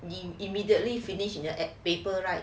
immediately finish in the art paper right